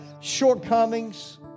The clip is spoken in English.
shortcomings